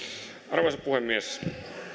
arvoisa puhemies